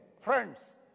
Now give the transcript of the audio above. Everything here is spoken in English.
friends